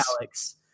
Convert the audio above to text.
Alex